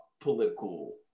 political